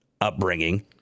upbringing